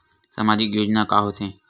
सामाजिक योजना का होथे?